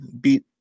beat